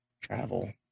travel